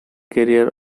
career